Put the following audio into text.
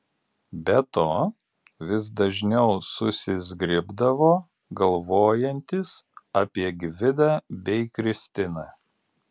be to vis dažniau susizgribdavo galvojantis apie gvidą bei kristiną